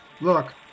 Look